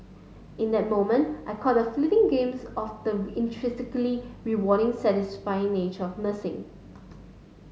in that moment I caught a fleeting glimpse of the intrinsically rewarding satisfying nature of nursing